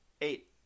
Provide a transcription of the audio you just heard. eight